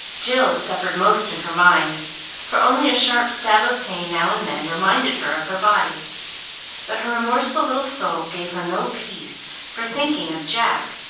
jill suffered most in her mind for only a sharp stab of pain now and then reminded her of her body but her remorseful little soul gave her no peace for thinking of jack,